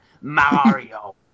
Mario